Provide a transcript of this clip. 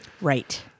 Right